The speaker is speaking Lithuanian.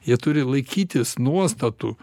jie turi laikytis nuostatų